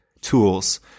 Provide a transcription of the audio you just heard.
Tools